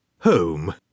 Home